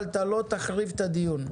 אבל אתה לא תחריב את הדיון.